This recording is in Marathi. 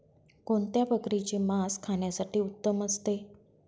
कोणत्या बकरीचे मास खाण्यासाठी उत्तम असते?